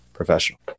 professional